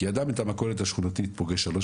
כי אדם את המכולת השכונתית פוגש שלוש